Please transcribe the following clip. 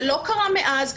זה לא קרה מאז,